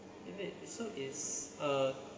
if it so is a